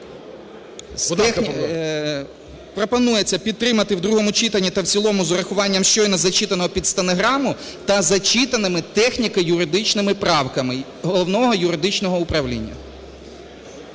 Пропонується підтримати у другому читанні та в цілому з урахуванням щойно зачитаного під стенограму та зачитаними техніко-юридичними правками Головного юридичного управління.